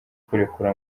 kurekura